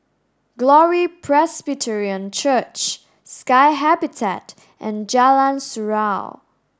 Glory Presbyterian Church Sky Habitat and Jalan Surau